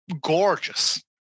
gorgeous